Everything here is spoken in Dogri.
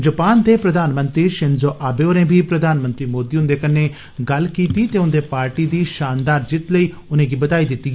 जापान दे प्रधानमंत्री षिंज़ो आबे होरें बीप धानमंत्री मोदी हुंदे कन्नै गल्ल कीती ते उंदी पार्टी दी षानदार जित्त लेई उनेंगी बधाई दित्ती